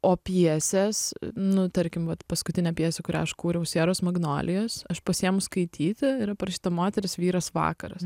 o pjesės nu tarkim vat paskutinė pjesė kurią aš kūriau sieros magnolijos aš pasiimu skaityti yra parašyta moteris vyras vakaras